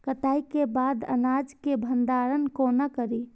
कटाई के बाद अनाज के भंडारण कोना करी?